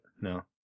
No